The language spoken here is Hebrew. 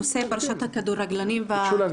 הנושא הראשון הוא: "פרשת הכדורגלנים והקטינות",